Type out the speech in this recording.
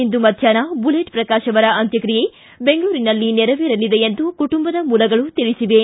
ಇಂದು ಮಧ್ಯಾಹ್ನ ಬುಲೆಟ್ ಪ್ರಕಾಶ್ ಅವರ ಅಂತ್ತಕ್ರಿಯೆ ಬೆಂಗಳೂರಿನಲ್ಲಿ ನೇರವೆರಲಿದೆ ಎಂದು ಕುಟುಂಬದ ಮೂಲಗಳು ತಿಳಿಸಿವೆ